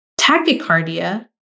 tachycardia